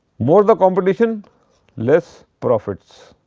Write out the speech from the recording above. more the competition less profits